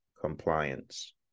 compliance